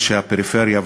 אנשי הפריפריה,